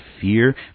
fear